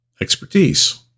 expertise